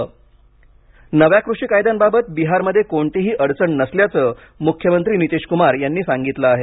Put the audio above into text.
नितीशकुमार कृषी कायदे नव्या कृषी कायद्यांबाबत बिहारमध्ये कोणतीही अडचण नसल्याचं मुख्यमंत्री नितीशकुमार यांनी सांगितलं आहे